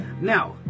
Now